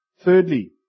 Thirdly